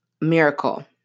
miracle